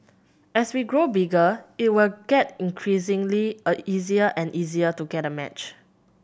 as we grow bigger it will get increasingly a easier and easier to get a match